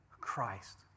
Christ